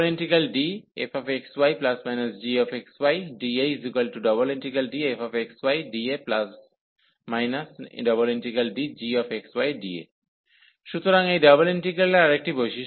∬Dfxy±gxydA∬DfxydA∬DgxydA সুতরাং এই ডাবল ইন্টিগ্রালের আরেকটি বৈশিষ্ট্য